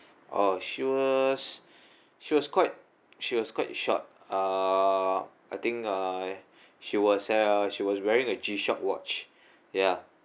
oh she was she was quite she was quite short uh I think uh she was uh she was wearing a G shock watch ya